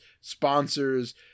sponsors